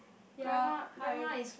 ya hi